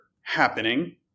happening